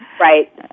Right